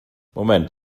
moment